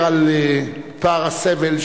מדובר בהצעה חשובה,